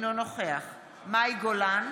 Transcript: אינו נוכח מאי גולן,